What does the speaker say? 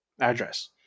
address